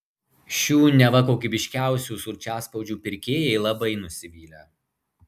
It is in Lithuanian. šių neva kokybiškiausių sulčiaspaudžių pirkėjai labai nusivylę